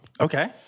Okay